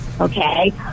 okay